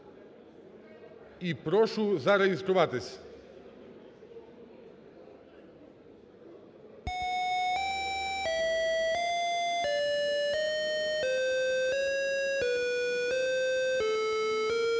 І прошу зареєструватись.